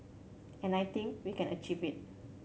and I think we can achieve it